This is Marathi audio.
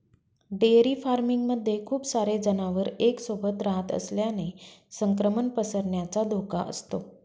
डेअरी फार्मिंग मध्ये खूप सारे जनावर एक सोबत रहात असल्याने संक्रमण पसरण्याचा धोका असतो